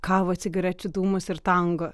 kavą cigarečių dūmus ir tango